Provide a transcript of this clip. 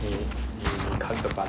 你看着办